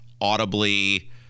audibly